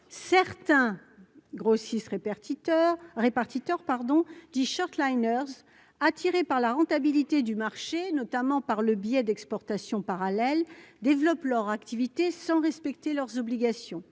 certains grossissent répartiteur répartiteur pardon dix short-liners attirés par la rentabilité du marché, notamment par le biais d'exportations parallèles développent leur activité sans respecter leurs obligations,